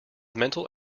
mental